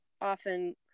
often